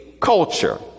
culture